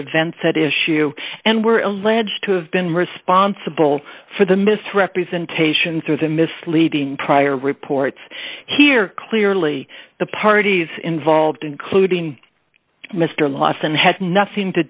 event said issue and were alleged to have been responsible for the misrepresentation through the misleading prior reports here clearly the parties involved including mr lawson had nothing to